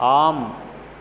आम्